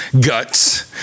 guts